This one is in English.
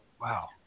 Wow